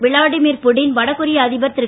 Vladimir புடினும் வடகொரிய அதிபர் திரு